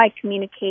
communicate